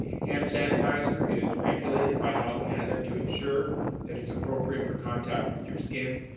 and sanitizer is regulated by health canada to ensure that it's appropriate for contact with your skin.